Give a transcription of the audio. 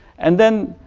and then,